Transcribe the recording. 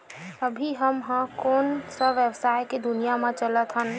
अभी हम ह कोन सा व्यवसाय के दुनिया म चलत हन?